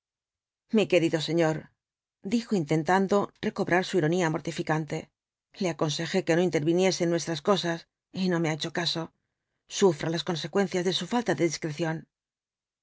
mi querido señor dijo intentando recobrar su ironía mortificante le aconsejé que no interviniese en nuestras cosas y no me ha hecho caso sufra las consecuencias de su falta de